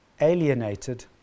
alienated